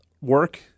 work